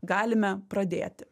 galime pradėti